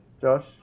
Josh